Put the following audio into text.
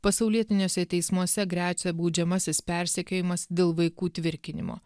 pasaulietiniuose teismuose gresia baudžiamasis persekiojimas dėl vaikų tvirkinimo